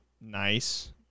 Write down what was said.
nice